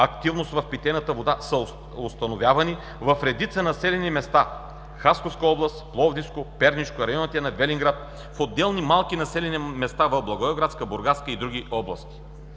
активност в питейната вода са установявани в редица населени места в Хасковска област, Пловдивско, Пернишко, районите на Велинград и в отделни малки населени места в Благоевградска, Бургаска и други области.